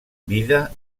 vida